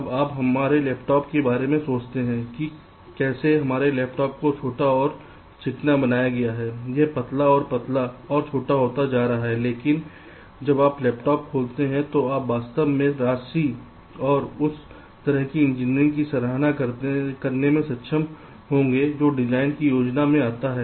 अब आप हमारे लैपटॉप के बारे में सोचते हैं कि कैसे हमारे लैपटॉप को छोटा और चिकना बनाया जाए यह पतला और पतला और छोटा होता जा रहा है लेकिन जब आप लैपटॉप खोलते हैं तो आप वास्तव में राशि और उस तरह की इंजीनियरिंग की सराहना करने में सक्षम होंगे जो डिजाइन की योजना में जाता है